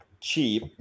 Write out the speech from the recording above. cheap